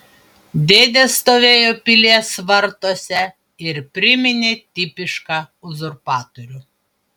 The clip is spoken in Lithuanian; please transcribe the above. dėdė stovėjo pilies vartuose ir priminė tipišką uzurpatorių